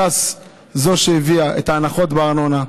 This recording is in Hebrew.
ש"ס היא שהביאה את ההנחות בארנונה,